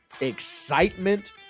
excitement